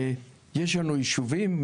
יש לנו ישובים,